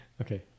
Okay